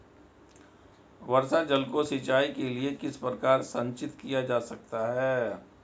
वर्षा जल को सिंचाई के लिए किस प्रकार संचित किया जा सकता है?